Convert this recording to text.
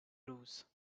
lose